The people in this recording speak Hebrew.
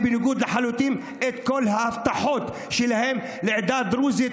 ונוגדת לחלוטין את כל ההבטחות שלהם לעדה הדרוזית